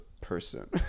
person